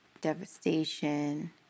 devastation